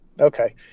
Okay